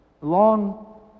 long